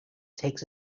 takes